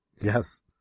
Yes